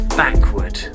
backward